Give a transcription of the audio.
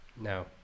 No